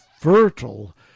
fertile